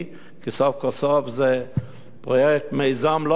כי סוף כל סוף זה מיזם לא פשוט,